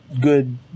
good